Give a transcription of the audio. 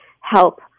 help